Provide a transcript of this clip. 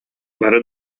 бары